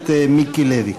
הכנסת מיקי לוי.